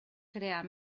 crear